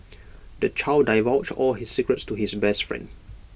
the child divulged all his secrets to his best friend